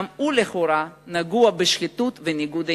גם הוא לכאורה נגוע בשחיתות ובניגוד עניינים,